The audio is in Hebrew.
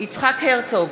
יצחק הרצוג,